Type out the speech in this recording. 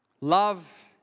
Love